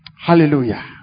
Hallelujah